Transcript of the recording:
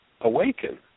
awaken